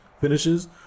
finishes